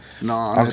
No